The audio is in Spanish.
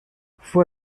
fue